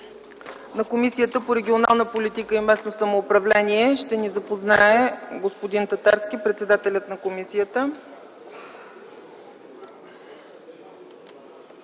на Комисията по регионална политика и местно самоуправление ще ни запознае господин Татарски – председателят на комисията.